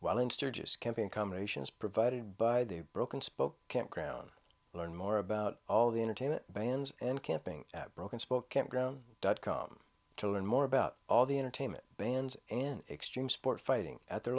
while in sturgis campaign combinations provided by the broken spoke campground learn more about all the entertainment vans and camping at broken spoke campground dot com to learn more about all the entertainment band and extreme sport fighting at their